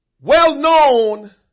well-known